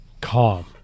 calm